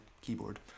keyboard